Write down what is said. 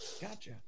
Gotcha